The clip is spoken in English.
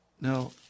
Now